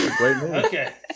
Okay